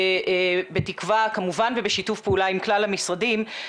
בתקווה כמובן ובשיתוף פעולה עם כלל המשרדים.